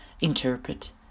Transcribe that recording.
Interpret